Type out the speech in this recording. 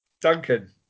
Duncan